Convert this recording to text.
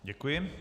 Děkuji.